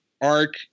arc